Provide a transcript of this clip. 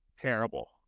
Terrible